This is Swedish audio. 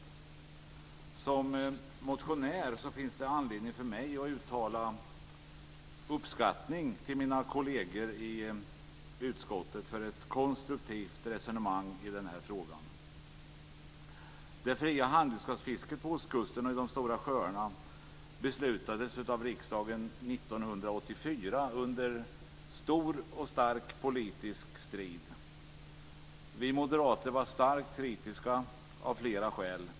Som motionär har jag anledning att uttala uppskattning till mina kolleger i utskottet för ett konstruktivt resonemang i den här frågan. Det fria handredskapsfisket på ostkusten och i de stora sjöarna beslutades av riksdagen 1984 under stor och stark politisk strid. Vi moderater var starkt kritiska av flera skäl.